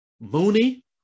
Mooney